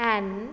N